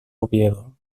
oviedo